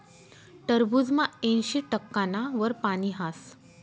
टरबूजमा ऐंशी टक्काना वर पानी हास